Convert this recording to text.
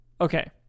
Okay